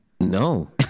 No